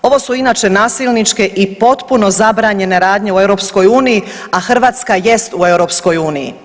Ovo su inače nasilničke i potpuno zabranjene radnje u EU, a Hrvatska jest u EU.